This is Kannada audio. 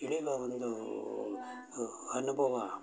ಇಳಿವ ಒಂದೂ ಅನುಭವ